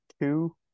two